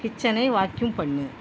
கிச்சனை வாக்யூம் பண்ணு